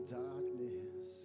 darkness